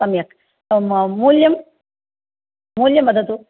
सम्यक् अम् मूल्यं मूल्यं वदतु